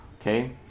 Okay